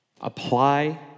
apply